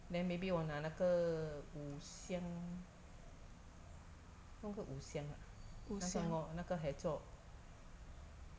then maybe 我拿那个五香弄个五香那个:wo na na ge wu xiang nong ge wu xuang na ge lor 那个 hei zho